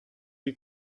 you